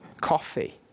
coffee